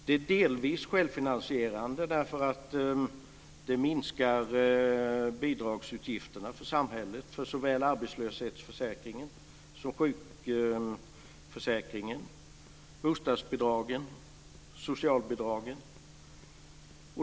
Det är delvis självfinansierande eftersom det minskar bidragsutgifterna för samhället för såväl arbetslöshetsförsäkringen som sjukförsäkringen, bostadsbidragen och socialbidragen.